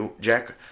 Jack